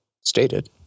stated